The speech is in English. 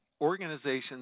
organizations